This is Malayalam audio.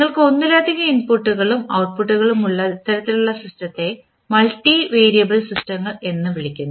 നിങ്ങൾക്ക് ഒന്നിലധികം ഇൻപുട്ടുകളും ഔട്ട്പുട്ടുകളും ഉള്ള ഇത്തരത്തിലുള്ള സിസ്റ്റത്തെ മൾട്ടിവയറബിൾ സിസ്റ്റങ്ങൾ എന്ന് വിളിക്കുന്നു